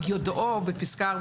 "יודעו" בפסקה (4),